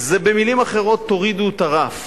זה במלים אחרות: תורידו את הרף.